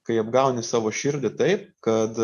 kai apgauni savo širdį taip kad